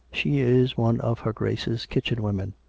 she is one of her grace's kitchen-women.